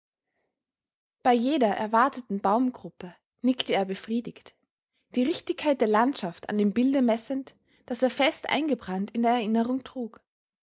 bei jeder erwarteten baumgruppe nickte er befriedigt die richtigkeit der landschaft an dem bilde messend das er fest eingebrannt in der erinnerung trug